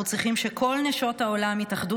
אנחנו צריכים שכל נשות העולם יתאחדו